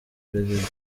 perezida